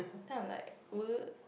then I'm like what